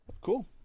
Cool